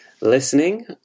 listening